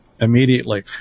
immediately